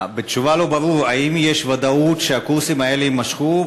בתשובה לא ברור אם יש ודאות שהקורסים האלה יימשכו,